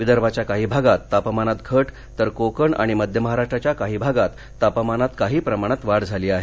विदर्भाच्या काही भागात तापमानात घट तर कोकण आणि मध्य महाराष्ट्राच्या काही भागात तापमानात काही प्रमाणात वाढ झाली आहे